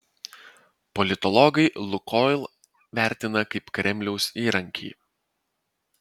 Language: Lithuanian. politologai lukoil vertina kaip kremliaus įrankį